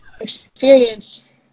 experience